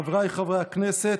חבריי חברי הכנסת,